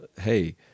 hey